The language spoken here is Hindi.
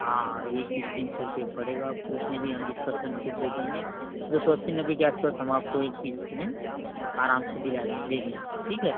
हाँ एक पीस तीन सौ रुपये का पड़ेगा आपको उसमें भी हम बीस पर्सेन्ट छूट दे देंगे दो सौ अस्सी नब्बे के आस पास हम आपको एक पीस में आराम से दिला दे देंगे ठीक है